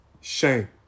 Shame